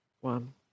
one